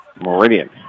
Meridian